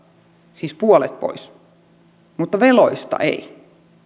siis puolet pois mutta veloista ei